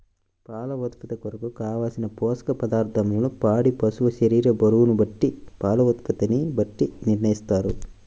పాల ఉత్పత్తి కొరకు, కావలసిన పోషక పదార్ధములను పాడి పశువు శరీర బరువును బట్టి పాల ఉత్పత్తిని బట్టి నిర్ణయిస్తారా?